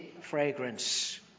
fragrance